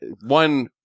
One